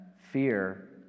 fear